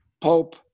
Pope